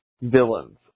villains